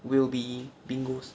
will be bingo